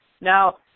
Now